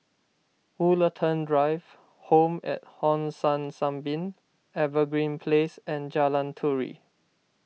Woollerton Drive Home at Hong San Sunbeam Evergreen Place and Jalan Turi